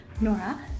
Nora